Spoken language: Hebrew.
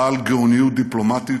בעל גאוניות דיפלומטית,